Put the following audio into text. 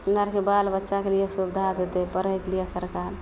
हमरा आओरके बाल बच्चाके लिए सुविधा देतै पढ़ैके लिए सरकार